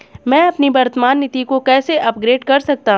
मैं अपनी वर्तमान नीति को कैसे अपग्रेड कर सकता हूँ?